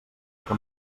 que